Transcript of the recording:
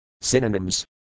Synonyms